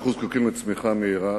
אנחנו זקוקים לצמיחה מהירה.